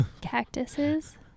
Cactuses